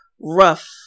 rough